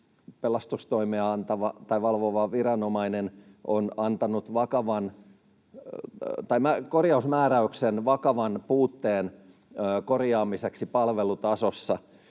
pelastustoimea valvova viranomainen antanut korjausmääräyksen vakavan puutteen korjaamiseksi palvelutasossa,